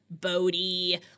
Bodhi